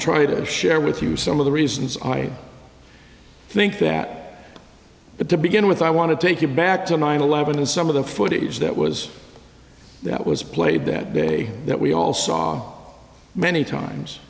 try to share with you some of the reasons i think that it to begin with i want to take you back to nine eleven and some of the footage that was that was played that day that we all saw many times